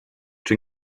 czy